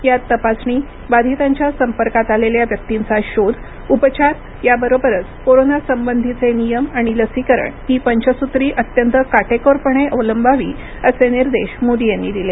यात तपासणी बाधितांच्या संपर्कात आलेल्या व्यक्तींचा शोध उपचार याबरोबरच कोरोना संबंधीचे नियम आणि लसीकरण ही पंचसूत्री अत्यंत काटेकोरपणे अवलंबावी असे निर्देश मोदी यांनी दिले